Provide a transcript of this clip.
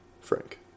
Frank